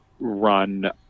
run